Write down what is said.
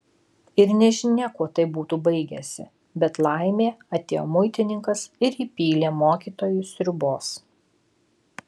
ir nežinia kuo tai būtų baigęsi bet laimė atėjo muitininkas ir įpylė mokytojui sriubos